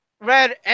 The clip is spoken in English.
red